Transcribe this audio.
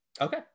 Okay